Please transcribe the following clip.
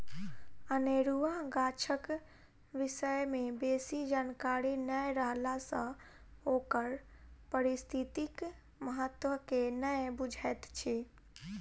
अनेरुआ गाछक विषय मे बेसी जानकारी नै रहला सँ ओकर पारिस्थितिक महत्व के नै बुझैत छी